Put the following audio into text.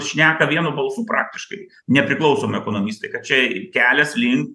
šneka vienu balsu praktiškai nepriklausomi ekonomistai kad čia kelias link